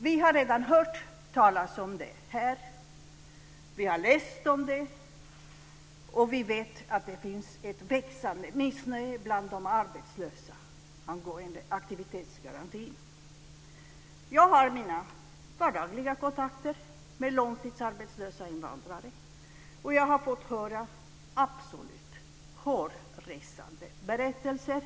Vi har redan hört talas om den här. Vi har läst om den. Vi vet att det finns ett växande missnöje bland de arbetslösa angående aktivitetsgarantin. Jag har mina vardagliga kontakter med långtidsarbetslösa invandrare. Jag har fått höra absolut hårresande berättelser.